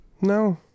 No